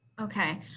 Okay